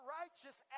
righteous